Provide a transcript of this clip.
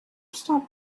stop